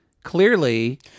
Clearly